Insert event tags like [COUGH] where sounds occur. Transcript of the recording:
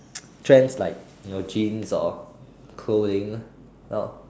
[NOISE] trends like you know jeans or clothing well